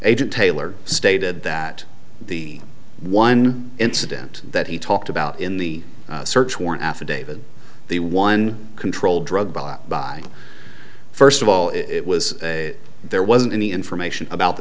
agent taylor stated that the one incident that he talked about in the search warrant affidavit the one controlled drug by first of all it was a there wasn't any information about the